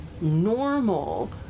normal